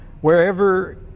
wherever